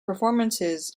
performances